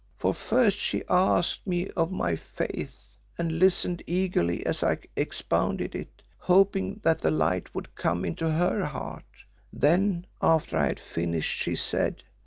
for first she asked me of my faith and listened eagerly as i expounded it, hoping that the light would come into her heart then, after i had finished she said